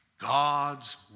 God's